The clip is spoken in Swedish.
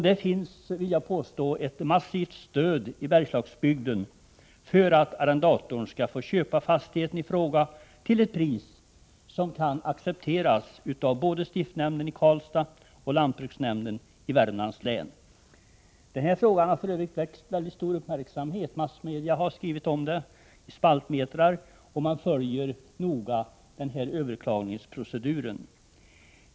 Det finns, vill jag påstå, ett massivt stöd i Bergslagsbygden för att arrendatorn skall få köpa fastigheten i fråga till ett pris som kan accepteras av både stiftsnämnden i Karlstad och lantbruksnämnden i Värmlands län. Den här frågan har för övrigt väckt mycket stor uppmärksamhet. Massmedia har skrivit spaltmetrar om den, och man följer noga överklagningsproceduren.